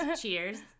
Cheers